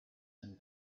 and